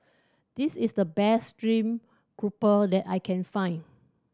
this is the best stream grouper that I can find